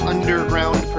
Underground